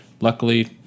Luckily